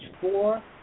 four